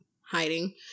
hiding